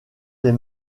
des